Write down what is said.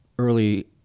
Early